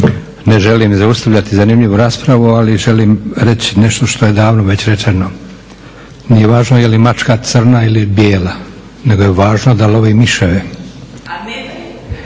Ne želim zaustavljati zanimljivu raspravu ali želim reći nešto što je davno već rečeno nije važno je li mačka crna ili bijela nego je važno da lovi miševe.